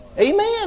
Amen